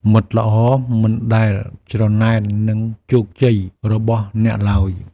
មិត្តល្អមិនដែលច្រណែននឹងជោគជ័យរបស់អ្នកឡើយ។